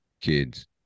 kids